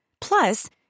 Plus